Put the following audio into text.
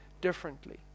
differently